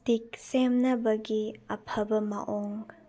stick ꯁꯦꯝꯅꯕꯒꯤ ꯑꯐꯕ ꯃꯑꯣꯡ